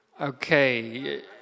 Okay